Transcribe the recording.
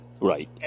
Right